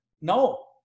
No